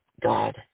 God